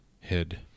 head